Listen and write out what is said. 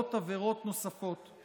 ונפגעות עבירות נוספות.